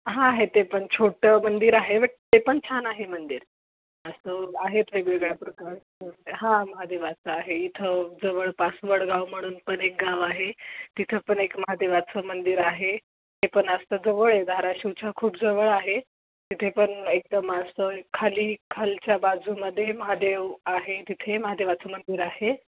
हां आहे ते पण छोटं मंदिर आहे बट ते पण छान आहे मंदिर असं आहेत वेगवेगळ्या प्रकारचं हां महादेवाचं आहे इथं जवळ पासवड गाव म्हणून पण एक गाव आहे तिथं पण एक महादेवाचं मंदिर आहे ते पण असतं जवळ धाराशिवच खूप जवळ आहे तिथे पण एकदम असं खाली खालच्या बाजूमध्ये महादेव आहे तिथे महादेवाचं मंदिर आहे